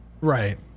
right